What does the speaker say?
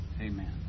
Amen